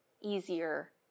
easier